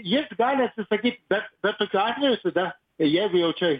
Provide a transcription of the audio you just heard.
jis gali atsisakyt bet bet tokiu atveju tada jeigu jau čia